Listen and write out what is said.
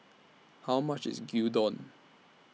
How much IS Gyudon